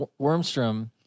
Wormstrom